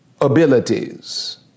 abilities